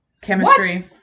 Chemistry